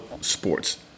sports